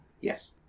Yes